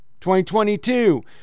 2022